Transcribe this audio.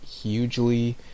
hugely